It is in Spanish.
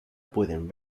pueden